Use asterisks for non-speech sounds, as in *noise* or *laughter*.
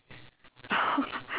oh *laughs*